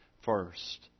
first